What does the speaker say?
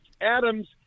Adams